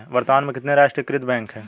वर्तमान में कितने राष्ट्रीयकृत बैंक है?